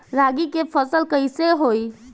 रागी के फसल कईसे होई?